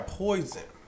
poison